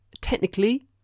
technically